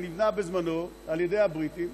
שנבנה בזמנו על ידי הבריטים.